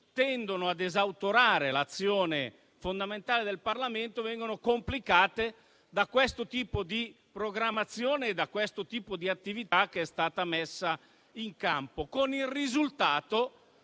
tende ad esautorare l'azione fondamentale del Parlamento, vengono complicate da questo tipo di programmazione e da questo tipo di attività che è stata messa in campo, con il risultato